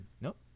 nope